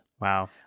Wow